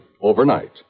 overnight